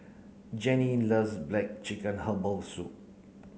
Jenny loves black chicken herbal soup